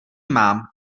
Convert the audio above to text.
mám